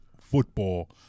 football